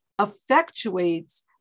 effectuates